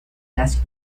las